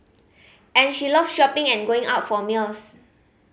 and she love shopping and going out for meals